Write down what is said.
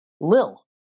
Lil